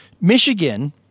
Michigan